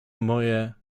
moje